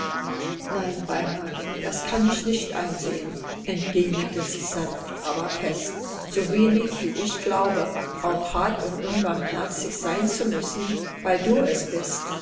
nein reinhold das kann ich nicht einsehen entgegnete sie sanft aber fest so wenig wie ich glaube auch hart und unbarmherzig sein zu müssen weil du es bist